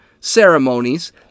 ceremonies